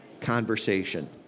conversation